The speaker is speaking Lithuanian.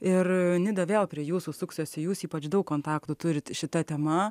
ir nida vėl prie jūsų suksiuosi jūs ypač daug kontaktų turit šita tema